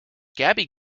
gabby